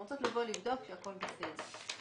הן רוצות לבוא לבדוק שהכל בסדר.